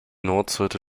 nordseite